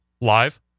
Live